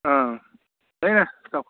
ꯑꯥ ꯍꯣꯏꯅꯦ ꯆꯥꯎ